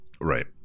Right